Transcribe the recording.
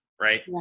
right